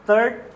Third